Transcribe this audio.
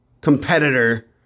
competitor